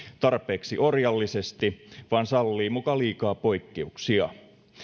tarpeeksi orjallisesti vaan sallii muka liikaa poikkeuksia